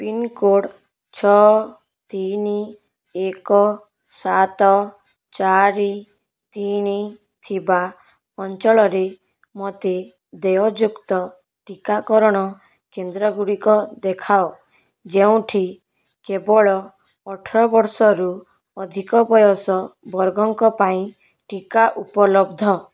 pincode ଛଅ ତିନି ଏକ ସାତ ଚାରି ତିନି ଥିବା ଅଞ୍ଚଳରେ ମୋତେ ଦେୟଯୁକ୍ତ ଟିକାକରଣ କେନ୍ଦ୍ର ଗୁଡ଼ିକ ଦେଖାଅ ଯେଉଁଠି କେବଳ ଅଠରବର୍ଷରୁ ଅଧିକ ବୟସ ବର୍ଗଙ୍କ ପାଇଁ ଟିକା ଉପଲବ୍ଧ